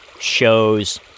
shows